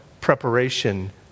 preparation